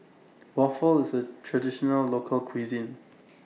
Waffle IS A Traditional Local Cuisine